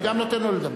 אני נותן גם לו לדבר.